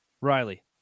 riley